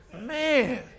Man